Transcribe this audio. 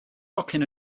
tocyn